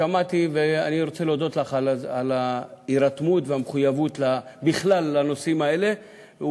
שמעתי ואני רוצה להודות לך על ההירתמות והמחויבות בכלל לנושאים האלה,